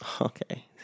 Okay